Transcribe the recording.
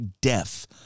death